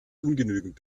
ungenügend